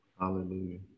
Hallelujah